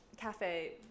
cafe